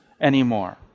anymore